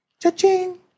Cha-ching